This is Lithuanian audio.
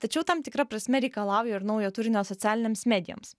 tačiau tam tikra prasme reikalauja ir naujo turinio socialinėms medijoms